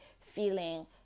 feeling